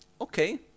Okay